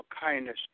kindness